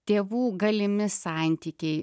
tėvų galimi santykiai